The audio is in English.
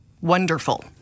wonderful